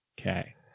Okay